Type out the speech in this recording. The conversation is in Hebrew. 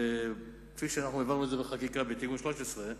וכפי שהעברנו את זה בחקיקה בתיקון 13,